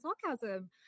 sarcasm